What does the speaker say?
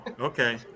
Okay